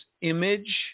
image